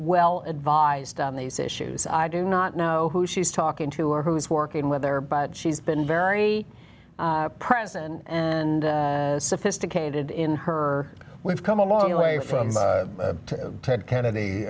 well advised on these issues i do not know who she's talking to or who is working with there but she's been very present and sophisticated in her we've come a long way from ted kennedy